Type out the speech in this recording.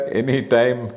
anytime